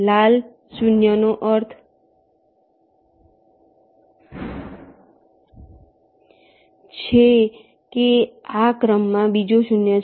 લાલ 0 નો અર્થ છે કે આ ક્રમમાં બીજો 0 છે